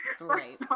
Right